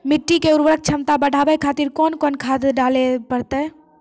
मिट्टी के उर्वरक छमता बढबय खातिर कोंन कोंन खाद डाले परतै?